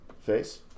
face